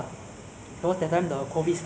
once every hundred years